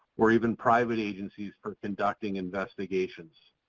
or even private agencies for conducting investigations,